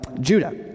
Judah